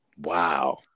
wow